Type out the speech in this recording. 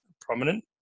prominent